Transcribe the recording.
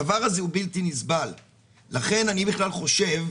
הדבר הזה הוא בלתי נסבל לכן אני בכלל חושב,